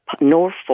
Norfolk